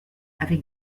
avec